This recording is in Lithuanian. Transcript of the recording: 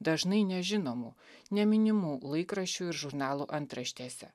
dažnai nežinomų neminimų laikraščių ir žurnalų antraštėse